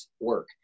work